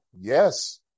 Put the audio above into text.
Yes